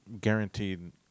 guaranteed